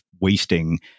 wasting